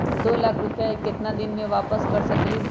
दो लाख रुपया के केतना दिन में वापस कर सकेली?